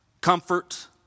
comfort